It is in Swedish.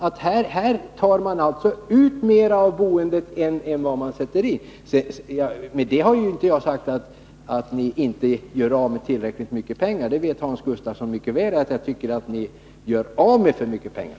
Det tas alltså ut mer av boendet än vad som sätts in. Med detta har jag inte sagt att ni inte gör av med tillräckligt mycket pengar. Hans Gustafsson vet mycket väl att jag tycker att ni gör av med för mycket pengar.